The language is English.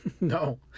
No